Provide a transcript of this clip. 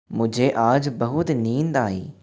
मुझे आज बहुत नींद आई